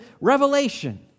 revelation